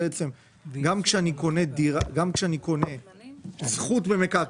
גם כשאני קונה זכות במקרקעין,